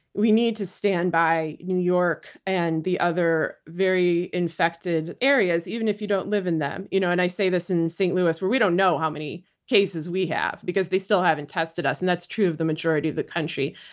we need to stand by new york and the other very infected areas, even if you don't live in them. you know and i say this in st. louis where we don't know how many cases we have because they still haven't tested us and that's true of the majority of the country.